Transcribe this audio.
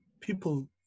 people